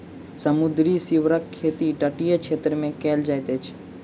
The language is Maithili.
समुद्री सीवरक खेती तटीय क्षेत्र मे कयल जाइत अछि